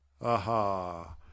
Aha